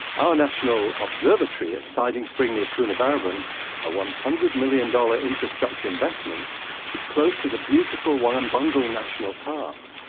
our national observatory at siding spring, near coonabarabran a one hundred million dollars infrastructure investment is close to the beautiful warrumbungle national park.